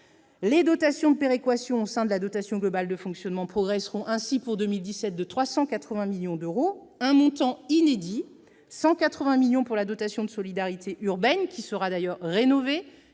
Les dotations de péréquation au sein de la dotation globale de fonctionnement progresseront ainsi de 380 millions d'euros, soit un montant inédit : 180 millions d'euros pour la dotation de solidarité urbaine, la DSU, qui sera d'ailleurs rénovée